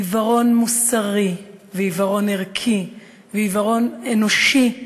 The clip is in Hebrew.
עיוורון מוסרי, ועיוורון ערכי, ועיוורון אנושי,